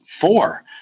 Four